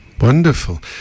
Wonderful